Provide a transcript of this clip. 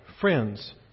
Friends